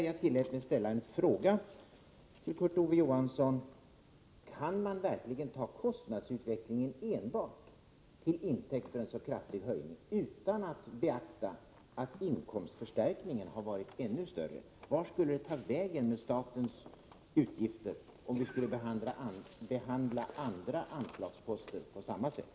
Jag tillät mig att fråga Kurt Ove Johansson: Kan verkligen enbart kostnadsutvecklingen tas till intäkt för en så kraftig höjning utan att det beaktas att inkomstförstärkningen har varit ännu större? Hur skulle det gå med statens utgifter om andra anslagsposter behandlades på samma sätt?